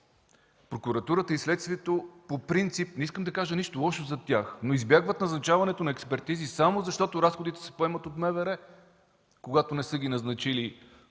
Прокуратурата и следствието по принцип – не искам да кажа нищо лошо за тях, но избягват назначаването на експертизи, само защото разходите се поемат от МВР, когато не са ги назначили